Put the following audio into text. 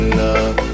love